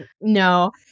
No